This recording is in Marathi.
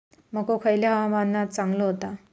मको खयल्या हवामानात चांगलो होता?